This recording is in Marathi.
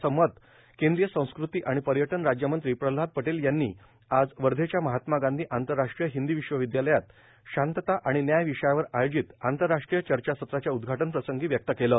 असं मत केंद्रीय संस्कृती व केंद्रीय पर्यटन राज्य मंत्री प्रहलाद पटेल यांनी आज वर्घेच्या महात्मा गांधी आंतरराष्ट्रीय हिंदी विश्वविद्यालयात शांतता आणि न्याय विषयावर आयोजित आंतरराष्ट्रीय चर्चासत्राच्या उदघाटन प्रसंगी व्यक्त केलं